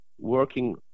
working